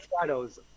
shadows